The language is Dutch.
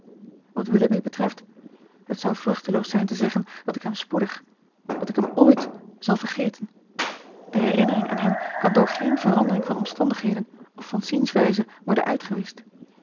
wat willoughby betreft het zou vruchteloos zijn te zeggen dat ik hem spoedig dat ik hem ooit zal vergeten de herinnering aan hem kan door geen verandering van omstandigheden of van zienswijze worden uitgewischt